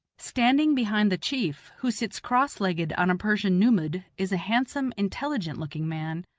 standing behind the chief, who sits cross-legged on a persian nummud, is a handsome, intelligent-looking man,